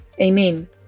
Amen